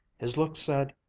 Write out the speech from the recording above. his look said,